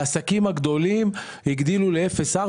לעסקים הגדולים הגדילו ל-0.4.